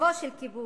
סטטוס-קוו של כיבוש,